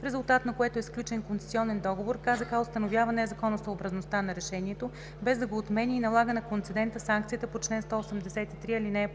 в резултат на което е сключен концесионен договор, КЗК установява незаконосъобразността на решението, без да го отменя, и налага на концедента санкцията по чл. 183, ал.